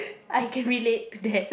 I can relate to that